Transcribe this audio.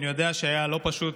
אני יודע שלא היה פשוט,